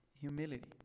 humility